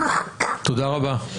תודה רבה.